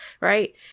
right